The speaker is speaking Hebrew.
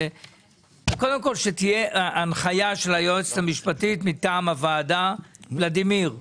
קודם כול שתהיה הנחיה של היועצת המשפטית מטעם הוועדה שלא